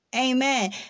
Amen